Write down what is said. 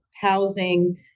housing